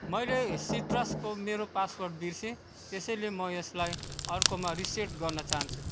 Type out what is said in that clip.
मैले सिट्रसको मेरो पासवर्ड बिर्सेँ त्यसैले म यसलाई अर्कोमा रिसेट गर्न चाहन्छु